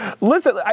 listen